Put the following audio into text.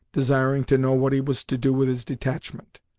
desiring to know what he was to do with his detachment.